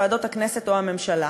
ועדות הכנסת או הממשלה.